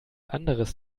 anderes